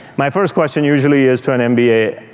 my first question usually is to an mba,